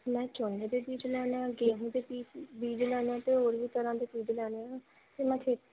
ਮੈਂ ਝੋਨੇ ਦੇ ਬੀਜ ਲੈਣੇ ਆ ਗੇਹੂੰ ਦੇ ਬੀ ਬੀਜ ਲੈਣੇ ਆ ਅਤੇ ਹੋਰ ਵੀ ਤਰ੍ਹਾਂ ਦੇ ਬੀਜ ਲੈਣੇ ਆ